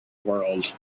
world